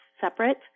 separate